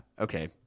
okay